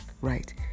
right